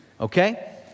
Okay